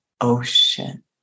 ocean